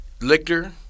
Lictor